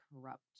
corrupt